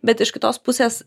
bet iš kitos pusės